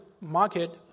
market